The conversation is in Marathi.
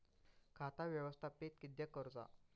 खाता व्यवस्थापित किद्यक करुचा?